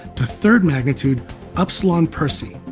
to third magnitude upsilon persei.